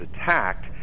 attacked